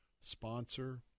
sponsor